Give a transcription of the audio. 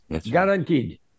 Guaranteed